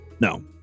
No